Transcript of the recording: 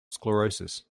sclerosis